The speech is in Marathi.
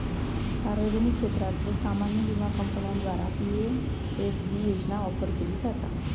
सार्वजनिक क्षेत्रातल्यो सामान्य विमा कंपन्यांद्वारा पी.एम.एस.बी योजना ऑफर केली जाता